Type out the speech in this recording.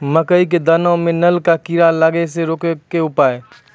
मकई के दाना मां नल का कीड़ा लागे से रोकने के उपाय?